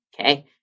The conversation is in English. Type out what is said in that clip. Okay